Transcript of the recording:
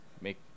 make